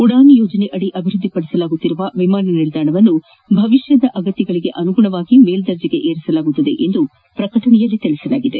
ಉಡಾನ್ ಯೋಜನೆಯಡಿ ಅಭಿವೃದ್ದಿಪಡಿಸಲಾಗುತ್ತಿರುವ ವಿಮಾನ ನಿಲ್ದಾಣವನ್ನು ಭವಿಷ್ಯದ ಅಗತ್ಯಗಳಿಗೆ ಅನುಗುಣವಾಗಿ ಮೇಲ್ದರ್ಜೆಗೇರಿಸಲಾಗುವುದು ಎಂದು ಪ್ರಕಟಣೆಯಲ್ಲಿ ತಿಳಿಸಲಾಗಿದೆ